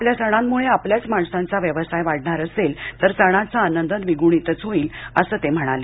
आपल्या सणांमुळे आपल्याच माणसांचा व्यवसाय वाढणार असेल तर सणाचा आनंद द्विगुणितच होईल असं ते म्हणाले